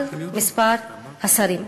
על מספר השרים.